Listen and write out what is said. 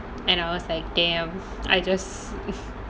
and I was like damn I just